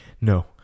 no